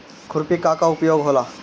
खुरपी का का उपयोग होला?